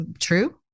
true